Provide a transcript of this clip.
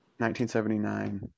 1979